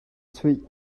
chuih